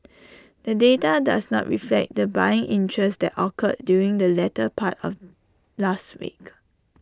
the data does not reflect the buying interest that occurred during the latter part of last week